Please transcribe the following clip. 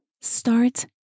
Start